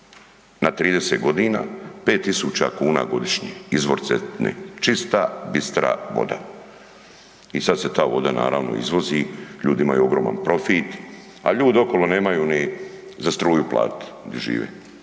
Na 30 godina, 5 tisuća kuna godišnje, izvor Cetine, čista bistra voda. I sad se ta voda naravno, izvozi, ljudi imaju ogroman profit, a ljudi okolo nemaju ni za struju platiti, gdje žive,